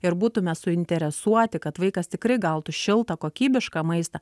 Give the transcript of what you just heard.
ir būtume suinteresuoti kad vaikas tikrai gautų šiltą kokybišką maistą